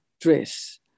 dress